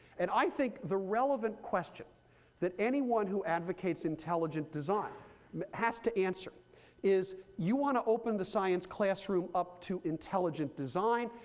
and i think the relevant question that anyone who advocates intelligent design has to answer is you want to open the science classroom up to intelligent design,